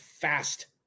fast